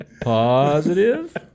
positive